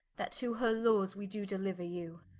that to her lawes we do deliuer you.